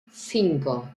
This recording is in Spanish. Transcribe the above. cinco